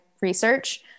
research